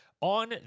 on